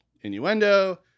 innuendo